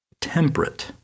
temperate